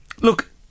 Look